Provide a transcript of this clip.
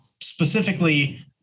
specifically